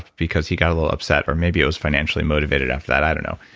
because he got a little upset, or maybe it was financially motivated after that, i don't know.